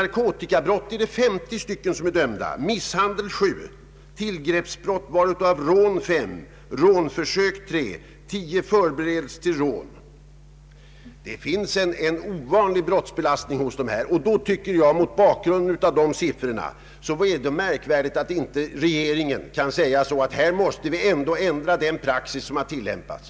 50 av dem är dömda för narkotikabrott, 7 för misshandel, och vad beträffar tillgreppsbrott är 5 dömda för rån, 3 för rånförsök och 10 för förberedelse till rån. Mot bakgrunden av dessa siffror är det märkvärdigt att regeringen inte kan säga att vi måste ändra den praxis som har tillämpats.